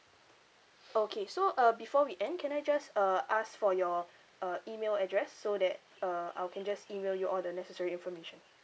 okay so uh before we end can I just uh ask for your uh email address so that uh I can just email you all the necessary information